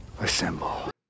Assemble